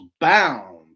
bound